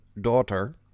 daughter